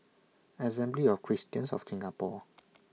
Assembly of Christians of Singapore